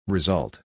Result